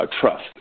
trust